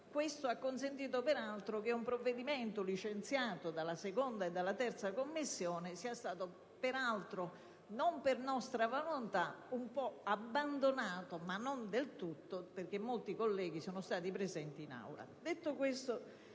Questo ha comportato che un provvedimento licenziato dalla 2a e dalla 3a Commissione sia stato, peraltro non per nostra volontà, un po' abbandonato, anche se non del tutto, perché molti colleghi sono stati in Aula.